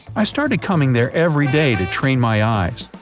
i started coming there every day to train my eyes.